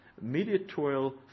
mediatorial